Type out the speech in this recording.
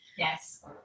Yes